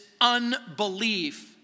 unbelief